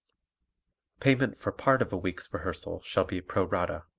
payment for part of a week's rehearsal shall be pro-rata.